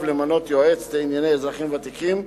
למנות יועץ לענייני אזרחים ותיקים,